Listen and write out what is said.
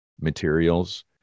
materials